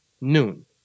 Noon